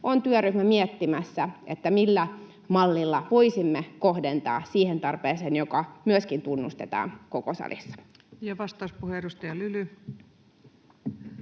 on työryhmä miettimässä, millä mallilla voisimme kohdentaa siihen tarpeeseen, joka myöskin tunnustetaan koko salissa. Ja vastauspuhe, edustaja Lyly.